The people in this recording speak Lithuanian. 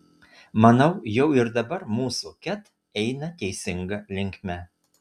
manau jau ir dabar mūsų ket eina teisinga linkme